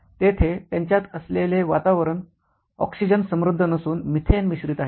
तेथे त्यांच्यात असलेले वातावरण ऑक्सिजन समृद्ध नसून मिथेन मिश्रित आहे